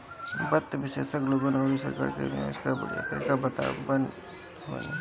वित्त विशेषज्ञ लोगन अउरी सरकार के निवेश कअ बढ़िया तरीका बतावत बाने